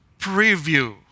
preview